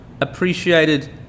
appreciated